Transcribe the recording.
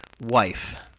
wife